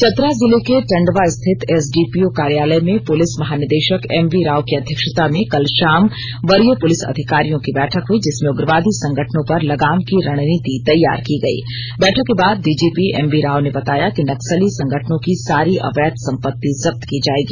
चतरा जिले के टंडवा स्थित एसडीपीओ कार्यालय में पुलिस महानिदेशक एमवी राव की अध्यक्षता में कल शाम वरीय पुलिस अधिकारियों की बैठक हुई जिसमें उग्रवादी संगठनों पर लगाम की रणनीति तैयार की गई बैठक के बाद डीजीपी एमवी राव ने बताया कि नक्सली संगठनों की सारी अवैध संपति जब्त की जाएगी